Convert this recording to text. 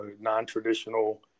non-traditional